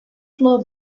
floor